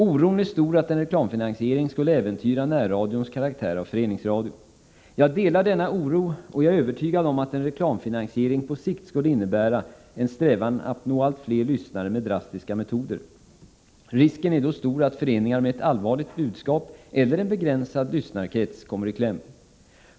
Oron är stor att en reklamfinansiering skulle äventyra närradions karaktär av föreningsradio. Jag delar denna oro, och jag är övertygad om att en reklamfinansiering på sikt skulle innebära en strävan att nå allt fler lyssnare med drastiska metoder. Risken är då stor att föreningar med ett allvarligt budskap eller en begränsad lyssnarkrets kommer i kläm.